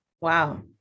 Wow